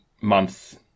months